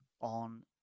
on